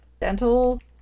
dental